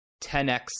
10x